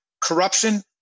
corruption –